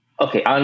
okay